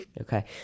Okay